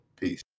Peace